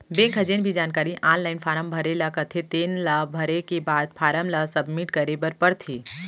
bank ह जेन भी जानकारी आनलाइन फारम ल भरे ल कथे तेन ल भरे के बाद फारम ल सबमिट करे बर परथे